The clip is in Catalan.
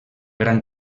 gran